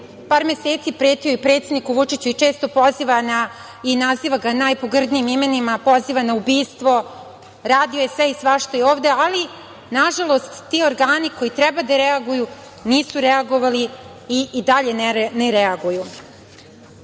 par meseci pretio predsedniku Vučiću i često poziva, nazivajući ga najpogrdnijim imenima, na ubistvo. Radio je sve i svašta ovde, ali, nažalost, ti organi koji treba da reaguju, nisu reagovali i dalje ne reaguju. Dodala